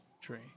tree